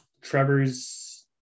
Trevor's